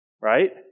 Right